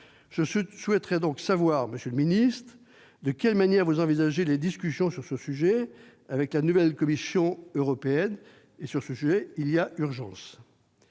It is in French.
Je souhaiterais donc savoir, monsieur le ministre, de quelle manière vous envisagez les discussions sur ce sujet avec la nouvelle Commission européenne. Il y a urgence !